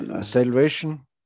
Salvation